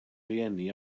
rhieni